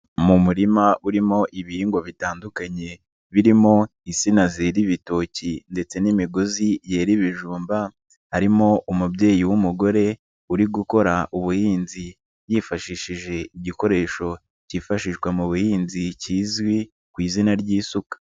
Mu murima urimo ibihingwa bitandukanye birimo insina zera ibitoki ndetse n'imigozi yera ibijumba, harimo umubyeyi w'umugore uri gukora ubuhinzi yifashishije igikoresho kifashishwa mu buhinzi kizwi ku izina ry'isuka.